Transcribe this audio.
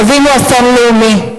חווינו אסון לאומי.